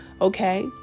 Okay